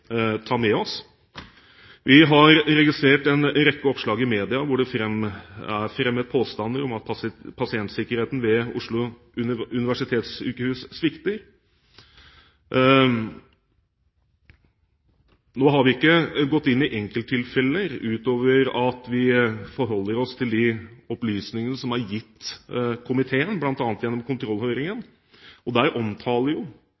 ta med oss. Vi har registrert en rekke oppslag i media hvor det er fremmet påstander om at pasientsikkerheten ved Oslo universitetssykehus svikter. Nå har vi ikke gått inn i enkelttilfeller, utover at vi forholder oss til de opplysningene som er gitt komiteen, bl.a. gjennom